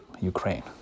Ukraine